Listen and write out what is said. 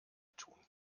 tun